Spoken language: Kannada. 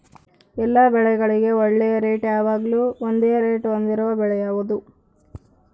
ಎಲ್ಲ ಬೆಳೆಗಳಿಗೆ ಒಳ್ಳೆ ರೇಟ್ ಯಾವಾಗ್ಲೂ ಒಂದೇ ರೇಟ್ ಹೊಂದಿರುವ ಬೆಳೆ ಯಾವುದು?